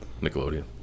Nickelodeon